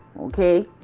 Okay